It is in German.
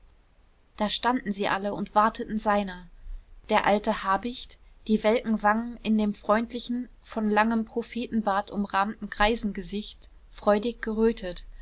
da standen sie alle und warteten seiner der alte habicht die welken wangen in dem freundlichen von langem prophetenbart umrahmten greisengesicht freudig gerötet